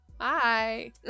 Hi